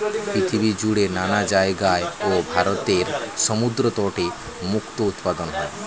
পৃথিবী জুড়ে নানা জায়গায় এবং ভারতের সমুদ্র তটে মুক্তো উৎপাদন হয়